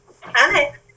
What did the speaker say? Hi